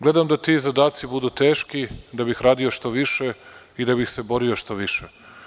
Gledam da ti zadaci budu teški, da bih radio što više i da bih se borio što više.